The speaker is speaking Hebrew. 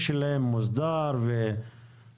ובאמת נוצר ואקום באותו מענה לאותם דיירים,